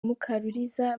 mukaruliza